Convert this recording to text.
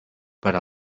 per